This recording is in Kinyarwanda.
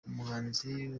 umuhanzi